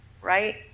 right